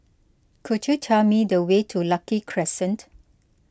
could you tell me the way to Lucky Crescent